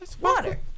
water